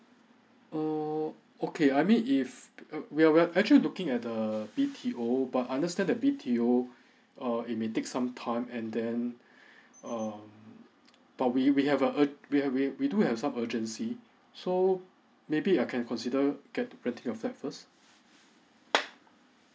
err okay I mean if we are we are actually looking at the B_T_O but I understand that B_T_O err it may take some time and then um but we we have a ur~ we have we have we do have some urgency so maybe I can consider get renting a flat first